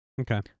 Okay